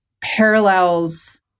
parallels